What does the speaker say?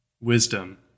wisdom